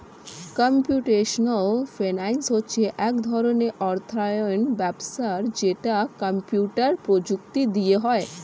computational finance হচ্ছে এক ধরণের অর্থায়ন ব্যবস্থা যেটা কম্পিউটার প্রযুক্তি দিয়ে হয়